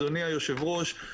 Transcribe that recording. אדוני היושב-ראש,